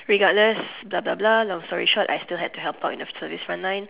regardless blah blah blah long story short I still have to help out in the service front line